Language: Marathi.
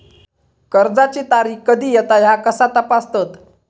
कर्जाची तारीख कधी येता ह्या कसा तपासतत?